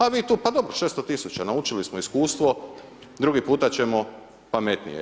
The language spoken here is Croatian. A vi tu, pa dobro, 600 000, naučili smo, iskustvo, drugi outa ćemo pametnije.